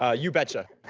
ah you betcha!